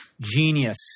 Genius